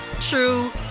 true